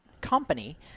company